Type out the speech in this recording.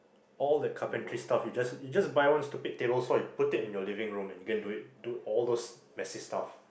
all that carpentry stuff you just you just buy one stupid table before you put it in your living room and you can do it do all those messy stuff